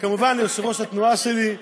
וכמובן ליושב-ראש התנועה שלי,